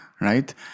right